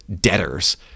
debtors